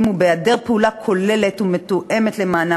הוא בהיעדר פעולה כוללת ומתואמת למענם,